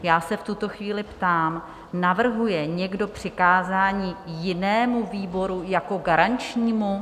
Já se v tuto chvíli ptám, navrhuje někdo přikázání jinému výboru jako garančnímu?